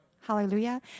Hallelujah